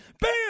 bam